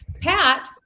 Pat